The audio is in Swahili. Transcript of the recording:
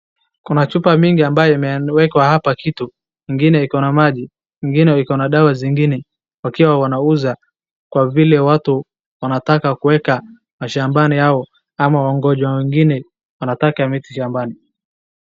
Kuna chupa mingi amabayo imeekwa hapa kitu. Ingine iko na maji, ingine iko na dawa zingine wakiwa wanauza kwa vile watu wanataka kuweka mashambani yao ama wagonjwa wengine wanataka ya miti shambani.